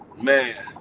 man